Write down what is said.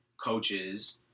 coaches